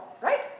Right